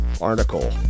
article